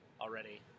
already